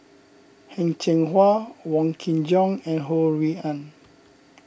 Heng Cheng Hwa Wong Kin Jong and Ho Rui An